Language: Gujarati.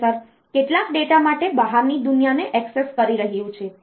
પ્રોસેસર કેટલાક ડેટા માટે બહારની દુનિયાને એક્સેસ કરી રહ્યું છે